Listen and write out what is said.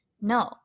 no